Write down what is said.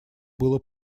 было